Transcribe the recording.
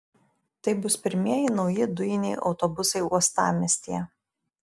tai bus pirmieji nauji dujiniai autobusai uostamiestyje